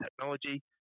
technology